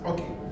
Okay